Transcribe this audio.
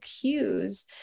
cues